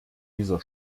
dieser